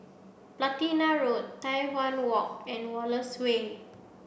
Platina Road Tai Hwan Walk and Wallace Way